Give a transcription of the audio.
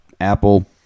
apple